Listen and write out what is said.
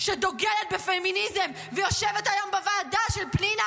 שדוגלת בפמיניזם ויושבת היום בוועדה של פנינה